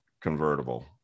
convertible